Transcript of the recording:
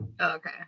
Okay